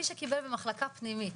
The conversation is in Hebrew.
מי שקיבל במחלקה פנימית,